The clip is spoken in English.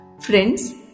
friends